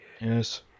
Yes